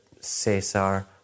Cesar